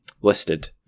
listed